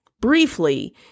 briefly